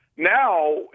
Now